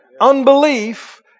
Unbelief